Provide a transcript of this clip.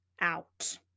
out